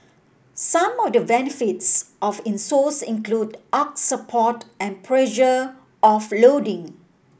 some of the benefits of insoles include arch support and pressure offloading